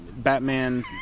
Batman